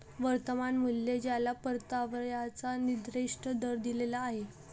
वर्तमान मूल्य ज्याला परताव्याचा निर्दिष्ट दर दिलेला आहे